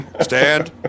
stand